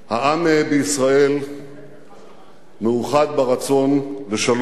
העם בישראל מאוחד ברצון לשלום,